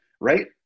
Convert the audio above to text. right